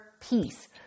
peace